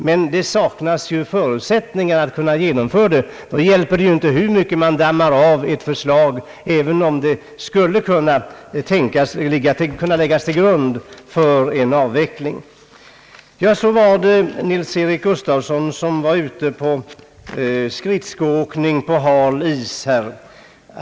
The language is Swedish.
Men det saknas ju förutsättningar för att kunna genomföra förslaget, och då hjälper det inte hur mycket man dammar av ett förslag, även om det i och för sig skulle kunna tänkas ligga till grund för en avveckling. Så var det Nils-Eric Gustafsson som var ute på skridskoåkning på hal is.